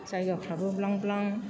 जायगाफ्राबो ब्लां ब्लां